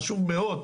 חשוב מאוד.